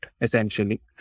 essentially